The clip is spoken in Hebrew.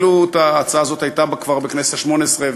וההצעה הזאת אפילו הייתה בכנסת השמונה-עשרה,